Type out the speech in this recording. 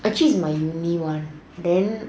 actually is in my uni one then